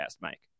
Mike